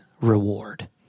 reward